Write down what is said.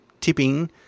tipping